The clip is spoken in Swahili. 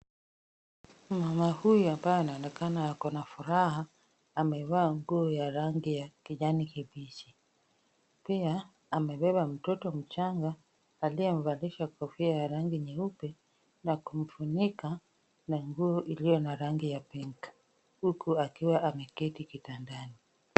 Mama huyu ambaye anaonekana ako na furaha amevaa nguo ya rangi ya kijani kibichi. Pia amebeba mtoto mchanga aliyemvalisha kofia ya rangi nyeupe, na kumfunika na nguo iliyo na rangi ya pink huku akiwa ameketi kitandani.